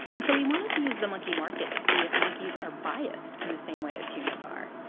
and so we wanted to use the monkey market to see if monkeys are biased in the same way as humans are.